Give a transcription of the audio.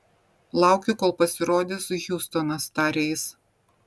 laukiu kol pasirodys hjustonas tarė jis